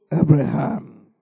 Abraham